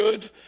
good